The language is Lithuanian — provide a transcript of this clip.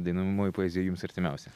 dainuojamoji poezija jums artimiausia